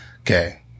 okay